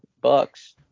Bucks